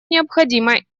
необходимо